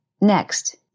Next